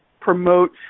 promote